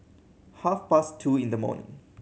half past two in the morning